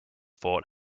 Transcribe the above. fort